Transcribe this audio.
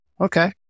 Okay